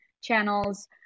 channels